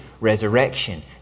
resurrection